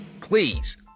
Please